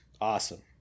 Awesome